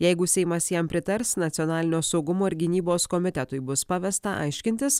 jeigu seimas jam pritars nacionalinio saugumo ir gynybos komitetui bus pavesta aiškintis